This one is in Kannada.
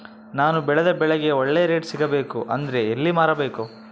ನಾನು ಬೆಳೆದ ಬೆಳೆಗೆ ಒಳ್ಳೆ ರೇಟ್ ಸಿಗಬೇಕು ಅಂದ್ರೆ ಎಲ್ಲಿ ಮಾರಬೇಕು?